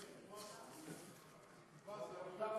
תודה רבה.